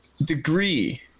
degree